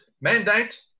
mandate